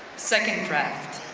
second draft.